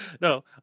No